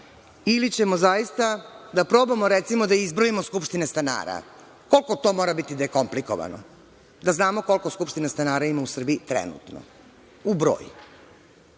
ili ćemo zaista da probamo, recimo, da izbrojimo skupštine stanara. Koliko to mora biti komplikovano da znamo koliko skupština stanara ima u Srbiji, trenutno? U broj.